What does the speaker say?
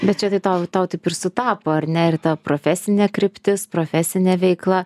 bet čia tai tau tau taip ir sutapo ar ne ir ta profesinė kryptis profesinė veikla